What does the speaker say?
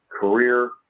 career